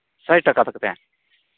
ᱥᱚᱭ ᱴᱟᱠᱟ ᱠᱟᱛᱮ